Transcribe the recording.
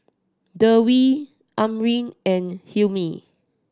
Dewi Amrin and Hilmi